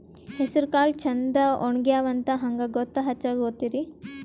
ಹೆಸರಕಾಳು ಛಂದ ಒಣಗ್ಯಾವಂತ ಹಂಗ ಗೂತ್ತ ಹಚಗೊತಿರಿ?